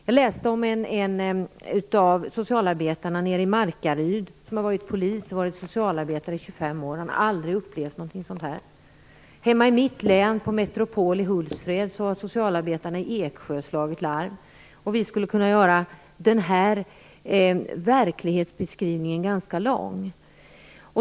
Jag läste om en av socialarbetarna i Markaryd som varit polis och sedan socialarbetare i 25 år. Han hade aldrig upplevt något sådant. Hemma i mitt län, på Metropol i Hultsfred, har socialarbetarna i Eksjö slagit larm. Vi skulle kunna göra denna verklighetsbeskrivning ganska lång.